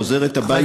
חוזרת הביתה,